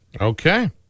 Okay